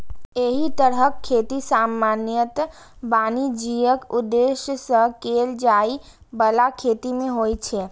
एहि तरहक खेती सामान्यतः वाणिज्यिक उद्देश्य सं कैल जाइ बला खेती मे होइ छै